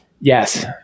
Yes